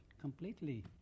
completely